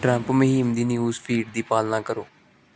Trump ਮੁਹਿੰਮ ਦੀ news feed ਦੀ ਪਾਲਣਾ ਕਰੋ